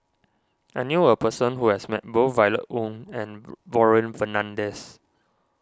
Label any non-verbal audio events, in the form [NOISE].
I knew a person who has met both Violet Oon and [UNINTELLIGIBLE] Warren Fernandez